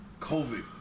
COVID